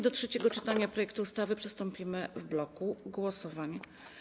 Do trzeciego czytania projektu ustawy przystąpimy w bloku głosowań.